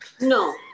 No